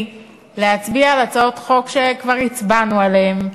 להצביע על הצעות חוק שכבר הצבענו עליהן,